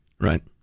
Right